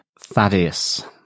Thaddeus